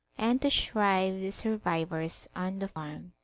and to shrive the survivors on the farm.